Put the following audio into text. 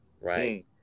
right